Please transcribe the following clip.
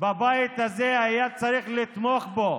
בבית הזה היה צריך לתמוך בו,